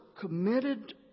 committed